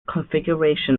configuration